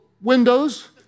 windows